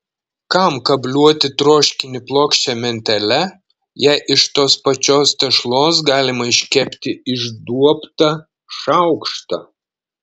kam kabliuoti troškinį plokščia mentele jei iš tos pačios tešlos galima iškepti išduobtą šaukštą